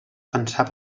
pensava